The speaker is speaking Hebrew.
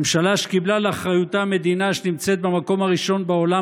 ממשלה שקיבלה לאחריותה מדינה שנמצאת במקום הראשון בעולם